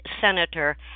Senator